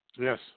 Yes